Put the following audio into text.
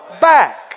back